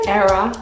era